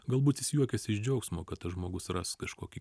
galbūt jis juokiasi iš džiaugsmo kad tas žmogus ras kažkokį